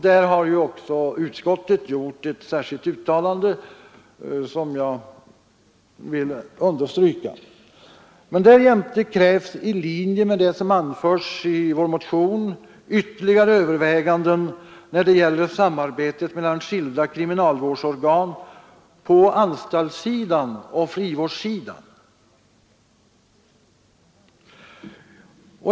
Där har ju också utskottet gjort ett särskilt uttalande, som jag vill understryka. Därjämte krävs i linje med det som anförts i Vår motion ytterligare överväganden när det gäller samarbetet mellan skilda kriminalvårdsorgan på anstaltssidan och frivårdssidan.